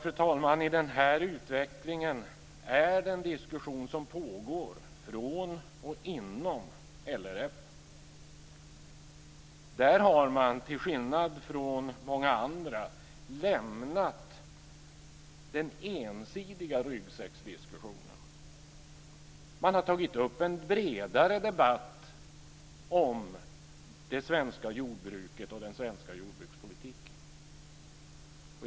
Ett glädjande inslag i utvecklingen är den diskussion som pågår från och inom LRF. Där har man till skillnad från många andra lämnat den ensidiga ryggsäcksdiskussionen. Man har tagit upp en bredare debatt om det svenska jordbruket och den svenska jordbrukspolitiken.